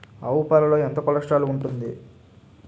ఆవు పాలలో ఎంత కొలెస్ట్రాల్ ఉంటుంది?